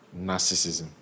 narcissism